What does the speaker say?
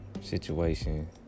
situation